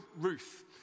Ruth